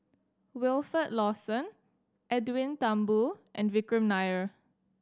Wilfed Lawson Edwin Thumboo and Vikram Nair